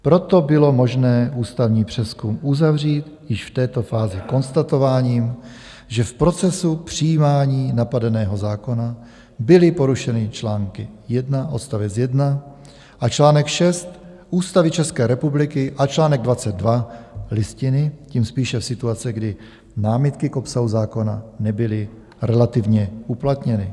Proto bylo možné ústavní přezkum uzavřít již v této fázi konstatováním, že v procesu přijímání napadeného zákona byly porušeny čl. 1 odst. 1 a čl. 6 Ústavy České republiky a čl. 22 Listiny, tím spíše v situaci, kdy námitky k obsahu zákona nebyly relativně uplatněny.